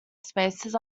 spaces